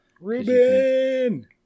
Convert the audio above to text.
Ruben